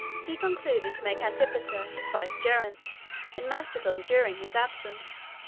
he concluded to make antipater his vicegerent in macedon during his absence,